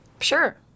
Sure